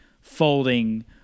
folding